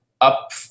up